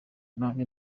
nanjye